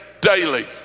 daily